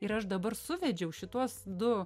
ir aš dabar suvedžiau šituos du